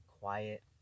quiet